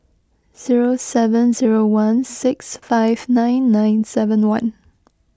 zero seven zero one six five nine nine seven one